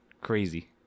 crazy